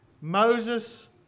Moses